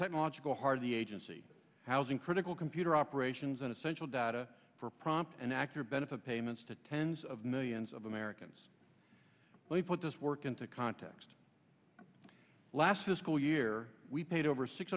technological heart of the agency housing critical computer operations and essential data for prompt and accurate benefit payments to tens of millions of americans believe put this work into context last fiscal year we paid over six